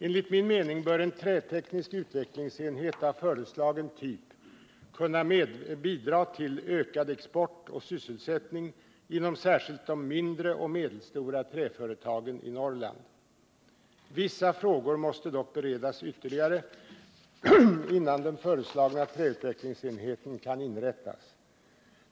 Enligt min mening bör en träteknisk utvecklingsenhet av föreslagen typ kunna bidra till ökad export och sysselsättning inom särskilt de mindre och medelstora träföretagen i Norrland. Vissa frågor måste dock beredas ytterligare innan den föreslagna träutvecklingsenheten kan inrättas.